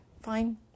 fine